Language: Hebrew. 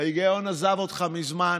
ההיגיון עזב אותך מזמן.